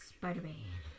Spider-Man